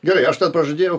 gerai aš ten pažadėjau